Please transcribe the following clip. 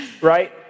right